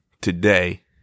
today